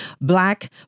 black